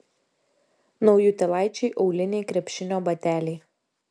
naujutėlaičiai auliniai krepšinio bateliai